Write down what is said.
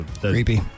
creepy